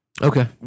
Okay